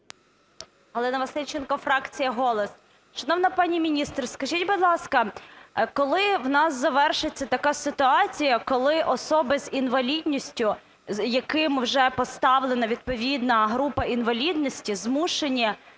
Галина Васильченко, фракція "Голос". Шановна пані міністр, скажіть, будь ласка, коли в нас завершиться така ситуація, коли особи з інвалідністю, яким вже поставлена відповідна група інвалідності, змушені